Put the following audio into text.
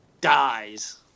dies